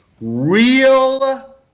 real